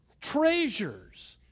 Treasures